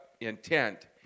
intent